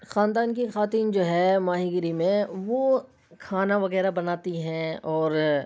خاندان کی خواتین جو ہے ماہی گیری میں وہ کھانا وغیرہ بناتی ہیں اور